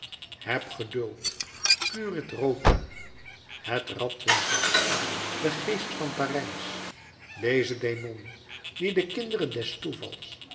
heb geduld currit rota het rad wentelt de geest van parijs deze demon die de kinderen des toevals